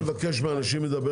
אני מבקש מאנשים לדבר